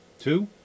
Two